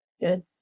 Good